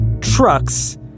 trucks